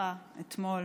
שנרצחה אתמול